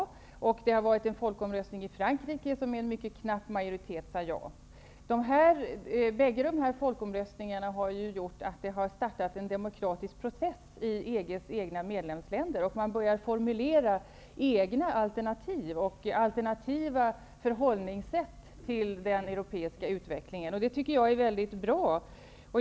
Dels har det varit en folkomröstning i Frankrike, som med knapp majoritet sade ja. Bägge de här folkomröstningarna har startat en demokratisk process i EG:s egna medlemsländer, och de börjar formulera egna alternativ och alternativa förhållningssätt till den europeiska utvecklingen. Det är mycket bra.